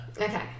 Okay